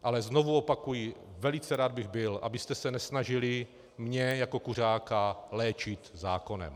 Ale znovu opakuji, velice rád bych byl, abyste se nesnažili mě jako kuřáka léčit zákonem.